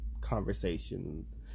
conversations